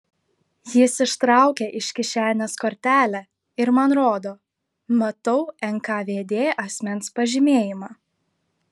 jis ištraukė iš kišenės kortelę ir man rodo matau nkvd asmens pažymėjimą